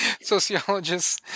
sociologists